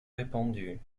répandue